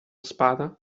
spada